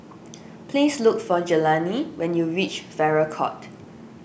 please look for Jelani when you reach Farrer Court